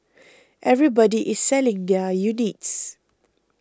everybody is selling their units